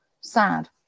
sad